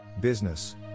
Business